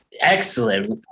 Excellent